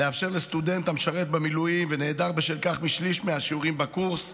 לאפשר לסטודנט המשרת במילואים ונעדר בשל כך משליש מהשיעורים בקורס,